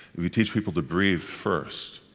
if you teach people to breathe first,